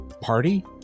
Party